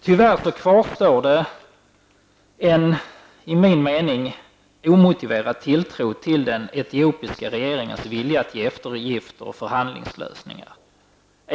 Tyvärr kvarstår det en, enligt min mening, omotiverad tilltro till den etiopiska regeringens vilja när det gäller eftergifter och förhandlingslösningar.